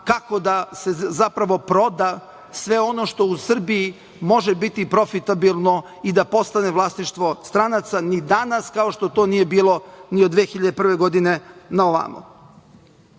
kako da se proda sve ono što u Srbiji može biti profitabilno i da postane vlasništvo stranaca, ni danas kao što to nije bilo ni od 2001. godine na ovamo. Odnos